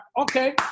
Okay